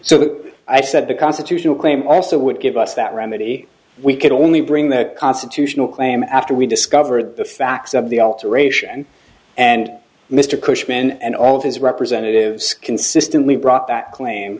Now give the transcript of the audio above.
that i said the constitutional claim also would give us that remedy we could only bring that constitutional claim after we discovered the facts of the alteration and mr cushman and all of his representatives consistently brought that claim